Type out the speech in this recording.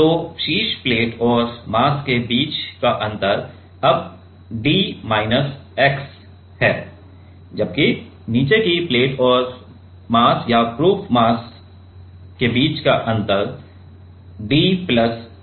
तो शीर्ष प्लेट और मास के बीच का अंतर अब d माइनस x है जबकि नीचे की प्लेट और मास या proof mass d plus x है